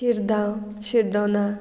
शिरदांव शिरदोना